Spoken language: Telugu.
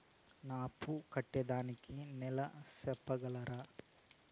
నా అప్పు కట్టేదానికి నెల సెప్పగలరా?